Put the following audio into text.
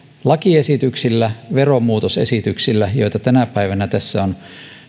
lakiesityksillä veromuutosesityksillä joita tänä päivänä tässä on